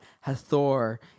Hathor